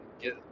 get